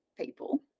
people